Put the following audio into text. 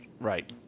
right